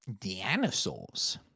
Dinosaurs